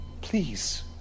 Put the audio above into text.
please